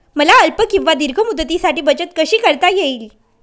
मला अल्प किंवा दीर्घ मुदतीसाठी बचत कशी करता येईल?